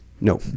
no